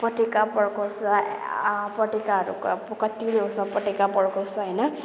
पटेका पड्काउँछ ए पटेकाहरू अब कति ल्याउँछ पटेका पड्काउँछ होइन